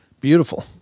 beautiful